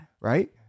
right